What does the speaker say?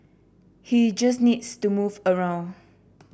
he just needs to move around